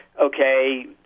okay